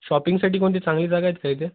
शॉपिंगसाठी कोणती चांगली जागा आहेत का इथे